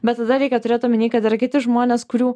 bet tada reikia turėt omeny kad yra kiti žmonės kurių